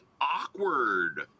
awkward